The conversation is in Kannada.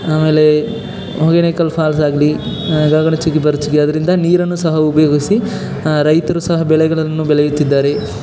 ಆಮೇಲೆ ಹೊಗೆನಕಲ್ ಫಾಲ್ಸ್ ಆಗಲಿ ಗಗನಚುಕ್ಕಿ ಭರಚುಕ್ಕಿ ಅದರಿಂದ ನೀರನ್ನು ಸಹ ಉಪಯೋಗಿಸಿ ರೈತರು ಸಹ ಬೆಳೆಗಳನ್ನು ಬೆಳೆಯುತ್ತಿದ್ದಾರೆ